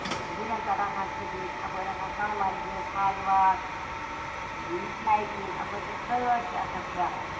گُرین پٮ۪ٹھ آسان کھٔتمٕتۍ اَپٲرۍ آسان سونہٕ مَرگہِ تھاجواس نِش نیہِ کِنۍ اَپٲرۍ سٲرسٕے آسان پھیران